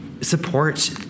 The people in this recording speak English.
support